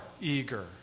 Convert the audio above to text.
eager